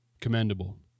commendable